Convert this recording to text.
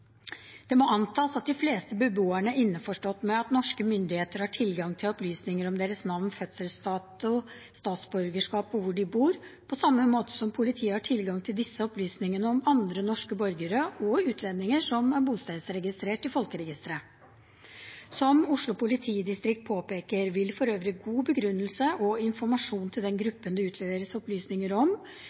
Det må antas at de fleste beboerne er innforstått med at norske myndigheter har tilgang til opplysninger om deres navn, fødselsdato, statsborgerskap og hvor de bor, på samme måte som politiet har tilgang til disse opplysningene om andre norske borgere og utlendinger som er bostedsregistrert i folkeregisteret. Som Oslo politidistrikt påpeker, vil for øvrig god begrunnelse og informasjon til den gruppen det utleveres opplysninger om,